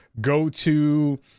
go-to